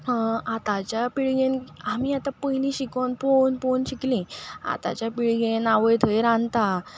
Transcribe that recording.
आतांच्या पिळगेन आमी आतां पयलीं शिकोन पोवून पोवून शिकलीं आतांच्या पिळगेन आवय थंय रांदता